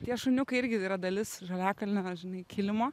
tie šuniukai irgi yra dalis žaliakalnio žinai kilimo